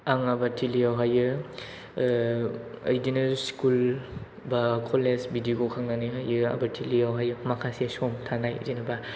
आं आबादथिलियावहाय बिदिनो स्कुल बा कलेज बिदि गखांनानैहाय आबादथिलियावहाय माखासे सम थानाय जेनेबा